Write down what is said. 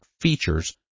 features